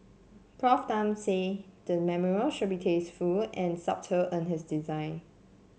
Prof Tan said the memorial should be tasteful and subtle in its design